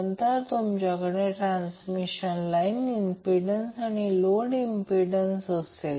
नंतर तुमच्याकडे transmission line impedance आणि लोड इंम्प्पिडन्स असेल